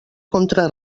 contra